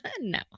No